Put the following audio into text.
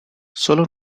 sólo